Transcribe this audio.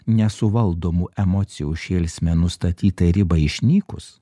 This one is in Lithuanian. nesuvaldomų emocijų šėlsme nustatytai ribai išnykus